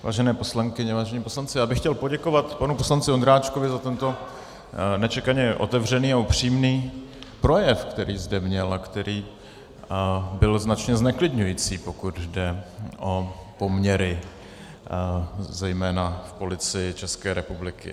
Vážené poslankyně, vážení poslanci, já bych chtěl poděkovat panu poslanci Ondráčkovi za tento nečekaně otevřený a upřímný projev, který zde měl a který byl značně zneklidňující, pokud jde o poměry zejména v Policii České republiky.